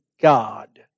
God